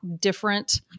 different